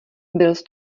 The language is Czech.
byls